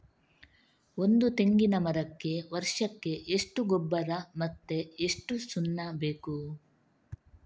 ಒಂದು ತೆಂಗಿನ ಮರಕ್ಕೆ ವರ್ಷಕ್ಕೆ ಎಷ್ಟು ಗೊಬ್ಬರ ಮತ್ತೆ ಎಷ್ಟು ಸುಣ್ಣ ಬೇಕು?